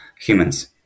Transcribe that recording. humans